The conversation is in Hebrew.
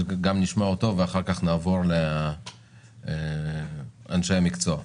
נשמע גם אותו, ואחר כך נעבור לאנשי המקצוע.